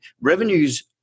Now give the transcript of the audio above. revenues